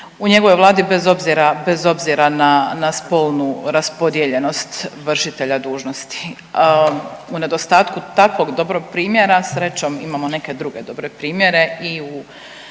u njegovoj Vladi bez obzira na spolnu raspodijeljenost vršitelja dužnosti. U nedostatku takvog dobrog primjera srećom imamo neke druge dobre primjere